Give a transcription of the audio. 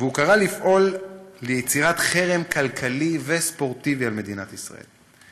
והוא קרא לפעול ליצירת חרם כלכלי וספורטיבי על מדינת ישראל.